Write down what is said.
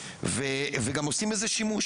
וגם עושים בזה שימוש,